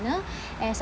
owner as